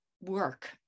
work